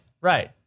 Right